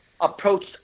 approached